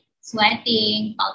sweating